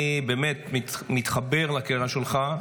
אני באמת מתחבר לקריאה שלך.